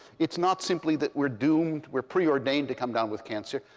it's not simply that we're doomed, we're preordained to come down with cancer.